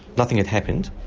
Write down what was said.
nothing had happened,